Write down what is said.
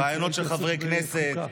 ראיונות של חברי כנסת.